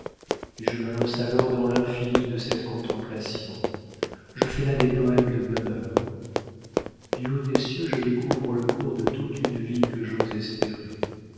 et je me lance alors dans l'infini de cette contemplation je fais là des poèmes de bonheur du haut des cieux je découvre le cours de toute une vie que j'ose espérer